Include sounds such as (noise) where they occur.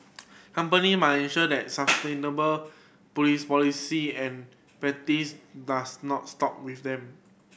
company must ensure that (noise) sustainable police policy and practices does not stop with them